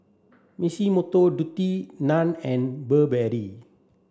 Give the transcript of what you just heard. Massimo Dutti Nan and Burberry